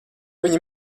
viņa